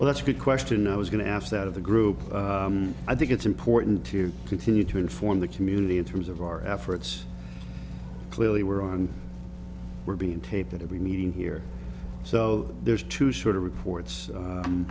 well that's a good question i was going to ask that of the group i think it's important to continue to inform the community in terms of our efforts clearly we're on we're being taped at every meeting here so there's two sort of reports